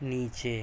نیچے